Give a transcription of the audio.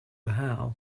how